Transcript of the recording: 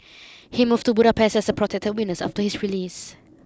he moved to Budapest as a protected witness after his release